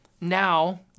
Now